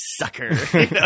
sucker